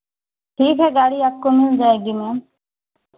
ठीक है गाड़ी आपको मिल जाएगी मैम